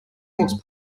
walks